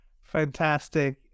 Fantastic